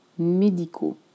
médicaux